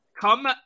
come